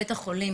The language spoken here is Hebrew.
בבקשה.